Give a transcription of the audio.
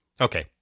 Okay